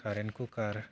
current कुकार